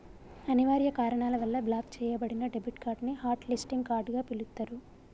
అనివార్య కారణాల వల్ల బ్లాక్ చెయ్యబడిన డెబిట్ కార్డ్ ని హాట్ లిస్టింగ్ కార్డ్ గా పిలుత్తరు